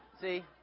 see